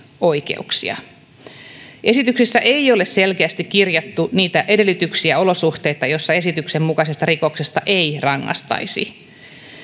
oikeuksia esitykseen ei ole selkeästi kirjattu niitä edellytyksiä ja olosuhteita joissa esityksen mukaisesta rikoksesta ei rangaistaisi